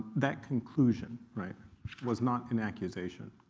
that conclusion was not an accusation.